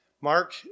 Mark